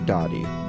Dottie